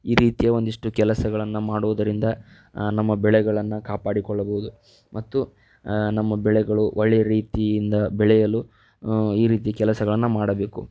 ಈ ರೀತಿಯ ಒಂದಿಷ್ಟು ಕೆಲಸಗಳನ್ನು ಮಾಡುವುದರಿಂದ ನಮ್ಮ ಬೆಳೆಗಳನ್ನು ಕಾಪಾಡಿಕೊಳ್ಳಬೌದು ಮತ್ತು ನಮ್ಮ ಬೆಳೆಗಳು ಒಳ್ಳೆ ರೀತಿಯಿಂದ ಬೆಳೆಯಲು ಈ ರೀತಿ ಕೆಲಸಗಳನ್ನು ಮಾಡಬೇಕು